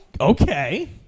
okay